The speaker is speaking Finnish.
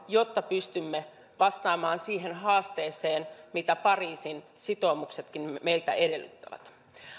jotta pystymme vastaamaan siihen haasteeseen mitä pariisin sitoumuksetkin meiltä edellyttävät